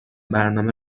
برنامه